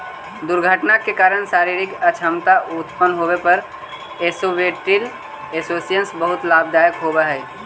दुर्घटना के कारण शारीरिक अक्षमता उत्पन्न होवे पर डिसेबिलिटी इंश्योरेंस बहुत लाभदायक होवऽ हई